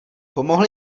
pomohl